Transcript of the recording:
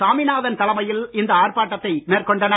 சாமிநாதன் தலைமையில் இந்த ஆர்ப்பாட்டத்தை மேற்கொண்டனர்